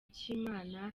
cy’imana